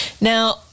Now